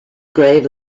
grave